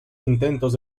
intentos